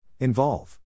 Involve